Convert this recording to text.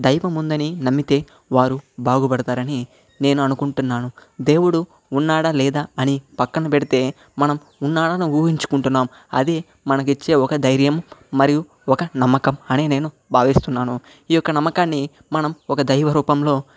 దైవము ఉందని నమ్మితే వారు బాగుపడతారని నేను అనుకుంటున్నాను దేవుడు ఉన్నాడా లేదా అని పక్కన పెడితే మనం ఉన్నాడని ఊహించుకుంటున్నాం అదే మనకు ఇచ్చే ఒక ధైర్యం మరియు ఒక నమ్మకం అని నేను భావిస్తున్నాను ఈ యొక్క నమ్మకాన్ని మనం ఒక దైవ రూపంలో